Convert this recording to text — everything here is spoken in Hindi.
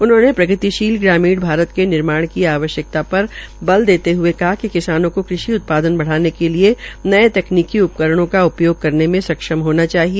उन्होंने प्रगतिशील ग्रामीण भारत के निर्माण की आवश्यक्ता पर बल देते हुए कहा कि किसानों को कृषि उत्पादन बढ़ाने के लिए नये तकनीकी उपकरणों का उपयोग करने में सक्षम होना चाहिए